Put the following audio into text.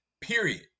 period